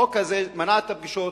החוק הזה מנע את הפגישות.